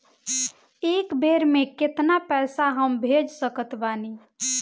एक बेर मे केतना पैसा हम भेज सकत बानी?